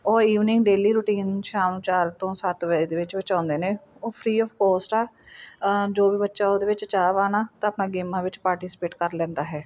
ਉਹ evening daily routine ਸ਼ਾਮ ਨੂੰ ਚਾਰ ਤੋਂ ਸੱਤ ਵਜੇ ਦੇ ਵਿੱਚ ਵਿੱਚ ਆਉਂਦੇ ਨੇ ਉਹ ਫ੍ਰੀ ਆਫ ਕੋਸਟ ਆ ਜੋ ਵੀ ਬੱਚਾ ਉਹਦੇ ਵਿੱਚ ਚਾਹਵਾਨ ਆ ਤਾਂ ਆਪਣਾ ਗੇਮਾਂ ਵਿੱਚ ਪਾਰਟੀਸਪੇਟ ਕਰ ਲੈਂਦਾ ਹੈ